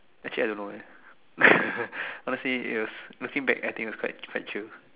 actually I don't know eh honestly it was looking back I think it was quite chill